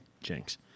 Jinx